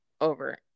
over